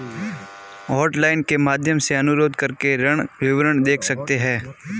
hotline के माध्यम से अनुरोध करके ऋण विवरण देख सकते है